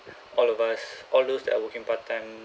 all of us all those that are working part-time